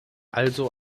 also